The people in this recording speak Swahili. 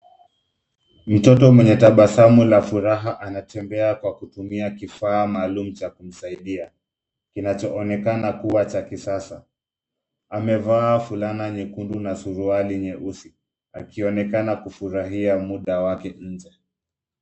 Mtoto mwenye tabasamu la furaha anatembea kwa kutumia kifaa maalum cha kumsaidia kinachoonekana kuwa cha kisasa. Amevaa fulana nyekundu na suruali nyeusi akionekana kufurahia muda wake nje.